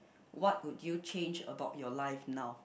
what would you change about your life now